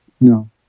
no